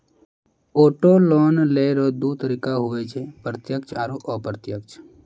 auto loan लेय रो दू तरीका हुवै छै प्रत्यक्ष आरू अप्रत्यक्ष